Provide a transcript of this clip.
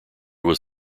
was